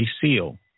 seal